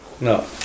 No